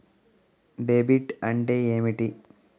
Debit అంటే ఏమిటి?